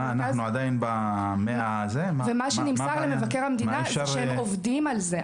נמסר למבקר המדינה ש"הם עובדים על זה".